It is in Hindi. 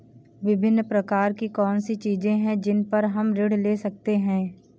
विभिन्न प्रकार की कौन सी चीजें हैं जिन पर हम ऋण ले सकते हैं?